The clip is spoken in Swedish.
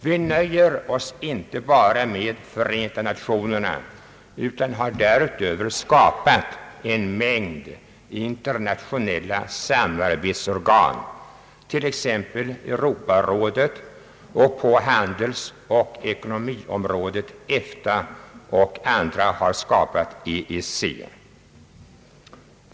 Vi nöjer oss inte bara med Förenta Nationerna utan har därutöver en mängd internationella samarbetsorgan, t.ex. Europarådet, vi har på handelsoch ekonomiområdet EFTA, andra har EEC.